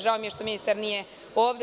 Žao mi je što ministar nije ovde.